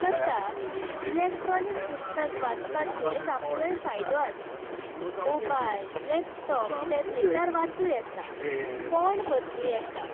तसाच इलेक्ट्रोनीक पुस्तक वाचपाचो एक आपलोय फायदो आसा मोबायल लॅपटॉप टॅबलेटार वाचूं येता फोंट बदलूं येता